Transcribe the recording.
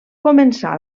començà